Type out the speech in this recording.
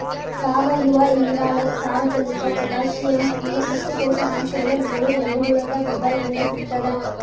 ಸಾವಯುವಇಂಗಾಲ, ಸಾರಜನಕ ಪೊಟ್ಯಾಸಿಯಂ ಇವು ಇಷ್ಟು ಪೋಷಕಾಂಶಗಳು ನಮಗ ಎರೆಹುಳದ ಗೊಬ್ಬರದಿಂದ ಸಿಗ್ತದ